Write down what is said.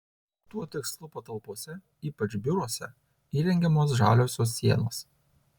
tuo tikslu patalpose ypač biuruose įrengiamos žaliosios sienos